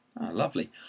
Lovely